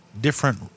different